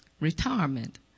retirement